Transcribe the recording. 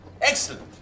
Excellent